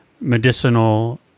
medicinal